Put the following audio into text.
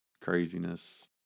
craziness